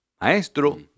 Maestro